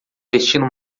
vestindo